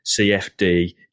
CFD